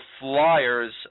Flyers